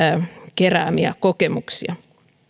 keräämiä kokemuksia